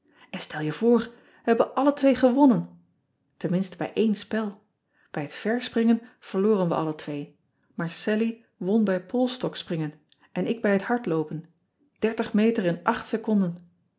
n stel je voor we hebben alle twee gewonnen enminste bij een spel ij het ver springen verloren we alle twee maar allie won bij polsstok springen en ik bij het hardloopen